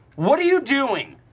what are you doing?